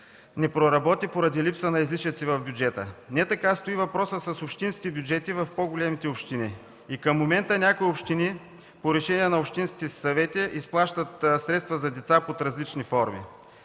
не проработи, поради липса на излишъци в бюджета. Не така стои въпросът с общинските бюджети в по-големите общини. И към момента някои общини по решение на общинските си съвети изплащат средства за деца под различни форми.